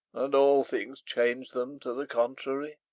and all things change them to the contrary.